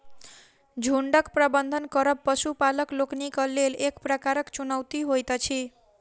झुंडक प्रबंधन करब पशुपालक लोकनिक लेल एक प्रकारक चुनौती होइत अछि